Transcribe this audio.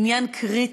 עניין קריטי: